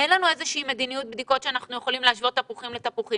אין לנו איזושהי מדיניות בדיקות שאנחנו יכולים להשוות תפוחים לתפוחים.